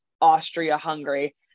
Austria-Hungary